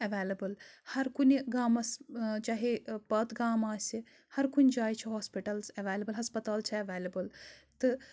available ہَر کُنہِ گامَس چاہے پَت گام آسہِ ہَر کُنہِ جایہِ چھِ ہاسپِٹَلٕز اٮ۪ویلیبٕل ہَسپَتال چھِ ایویلیبٕل تہٕ